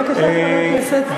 בבקשה, חבר הכנסת דב חנין.